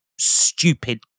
stupid